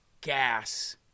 gas